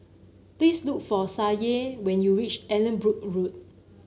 please look for Sadye when you reach Allanbrooke Road